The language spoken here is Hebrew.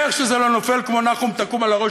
איך שזה לא נופל כמו נחום-תקום על הראש,